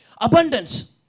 abundance